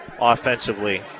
offensively